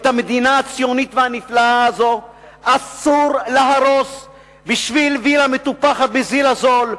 את המדינה הציונית והנפלאה הזו אסור להרוס בשביל וילה מטופחת בזיל הזול,